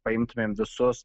paimtumėm visus